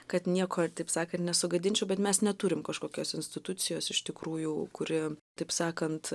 kad nieko taip sakant nesugadinčiau bet mes neturim kažkokios institucijos iš tikrųjų kuri taip sakant